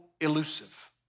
elusive